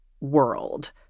world